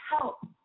help